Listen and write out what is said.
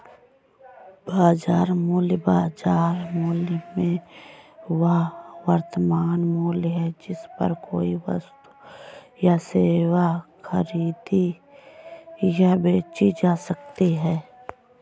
बाजार मूल्य, बाजार मूल्य में वह वर्तमान मूल्य है जिस पर कोई वस्तु या सेवा खरीदी या बेची जा सकती है